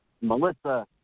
Melissa